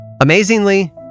Amazingly